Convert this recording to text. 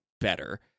better